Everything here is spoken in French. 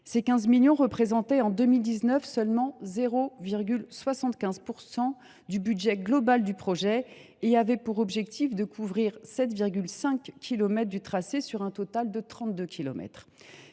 ces 15 millions d’euros représentaient seulement 0,75 % du budget global du projet et avaient pour objectif de couvrir 7,5 kilomètres du tracé, sur un total de 32